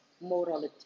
morality